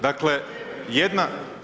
Dakle, jedna